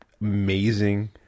amazing